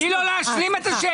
תני לו להשלים את השאלה.